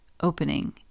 opening